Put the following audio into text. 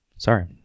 Sorry